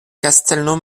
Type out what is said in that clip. castelnau